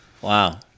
wow